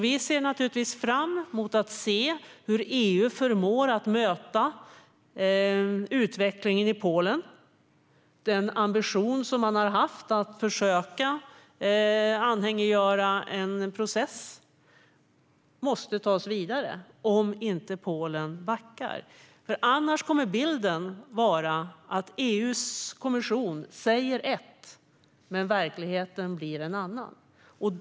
Vi ser naturligtvis fram emot att se hur EU förmår möta utvecklingen i Polen. Den ambition man har haft att försöka anhängiggöra en process måste tas vidare om Polen inte backar. Annars kommer bilden att vara att EU:s kommission säger en sak medan verkligheten blir en annan.